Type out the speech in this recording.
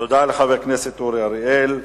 לחבר הכנסת אורי אריאל.